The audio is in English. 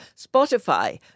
Spotify